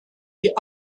die